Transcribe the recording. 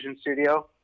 studio